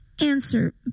answer